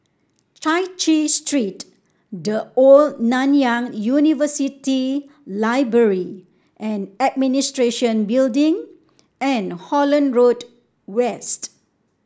Chai Chee Street The Old Nanyang University Library and Administration Building and Holland Road West